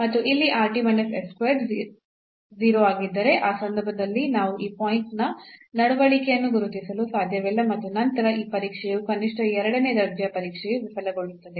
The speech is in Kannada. ಮತ್ತು ಇಲ್ಲಿ square 0 ಆಗಿದ್ದರೆ ಆ ಸಂದರ್ಭದಲ್ಲಿ ನಾವು ಈ ಪಾಯಿಂಟ್ ನ ನಡವಳಿಕೆಯನ್ನು ಗುರುತಿಸಲು ಸಾಧ್ಯವಿಲ್ಲ ಮತ್ತು ನಂತರ ಈ ಪರೀಕ್ಷೆಯು ಕನಿಷ್ಠ ಎರಡನೇ ದರ್ಜೆಯ ಪರೀಕ್ಷೆಯು ವಿಫಲಗೊಳ್ಳುತ್ತದೆ